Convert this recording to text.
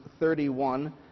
31